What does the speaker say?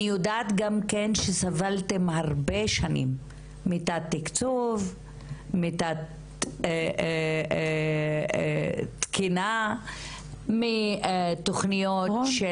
אני יודעת גם כן שסבלתם הרבה שנים מתת תקצוב ומתת תקינה והרבה פעמים,